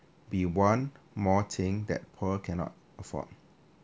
be one more thing that poor cannot afford